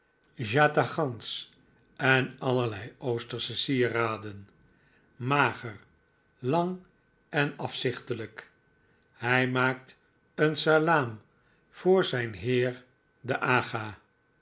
voetringen jatagans en allerlei oostersche sieraden mager lang en afzichtelijk hij maakt een salaam voor zijn heer den